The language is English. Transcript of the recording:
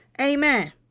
Amen